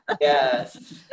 Yes